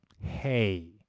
Hey